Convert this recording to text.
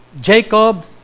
Jacob